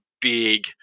big